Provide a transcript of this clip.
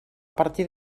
partir